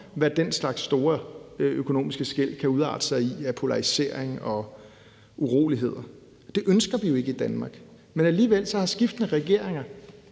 hvad den slags store økonomiske skel kan udarte sig i af polarisering og uroligheder. Det ønsker vi jo ikke i Danmark. Men alligevel har skiftende regeringer,